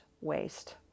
waste